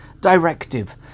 directive